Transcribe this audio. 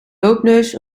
loopneus